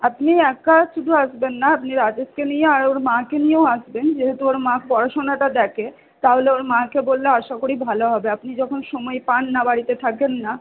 আপনি একা শুধু আসবেন না আপনি রাজেশকে নিয়ে আর ওর মাকে নিয়েও আসবেন যেহেতু ওর মা পড়াশোনাটা দেখে তাহলে ওর মাকে বললে আশা করি ভালো হবে আপনি যখন সময় পান না বাড়িতে থাকেন না